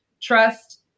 trust